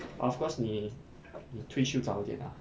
of course 你你退休早一点 lah